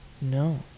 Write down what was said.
No